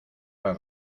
las